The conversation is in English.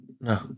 No